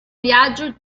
viaggio